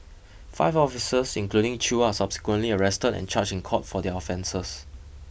five officers including Chew are subsequently arrested and charged in court for their offences